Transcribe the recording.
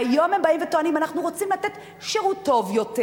והיום הם באים וטוענים: אנחנו רוצים לתת שירות טוב יותר,